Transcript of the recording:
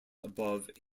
above